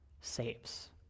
saves